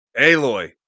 Aloy